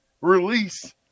Release